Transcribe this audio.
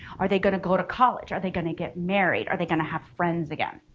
are they gonna go to college? are they gonna get married? are they gonna have friends again?